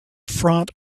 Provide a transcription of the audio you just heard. front